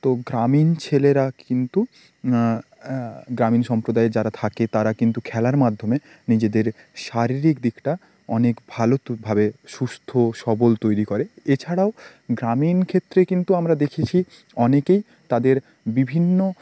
তো গ্রামীণ ছেলেরা কিন্তু গ্রামীণ সম্প্রদায়ে যারা থাকে তারা কিন্তু খেলার মাধ্যমে নিজেদের শারীরিক দিকটা অনেক ভালো ভাবে সুস্থ সবল তৈরি করে এছাড়াও গ্রামীণ ক্ষেত্রে কিন্তু আমরা দেখিছি অনেকেই তাদের বিভিন্ন